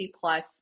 plus